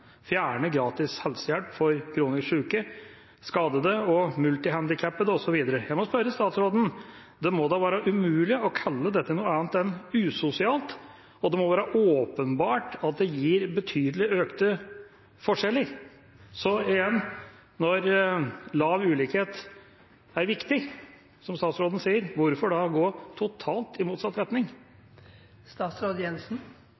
gratis helsehjelp for kronisk sjuke, skadde, multihandikappede, osv. Jeg må spørre statsråden: Det må da være umulig å kalle dette noe annet enn usosialt? Det må være åpenbart at det gir betydelig økte forskjeller? Så igjen: Når lav ulikhet er viktig, som statsråden sier, hvorfor da gå i totalt motsatt retning? Jeg er helt uenig i